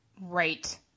right